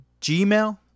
Gmail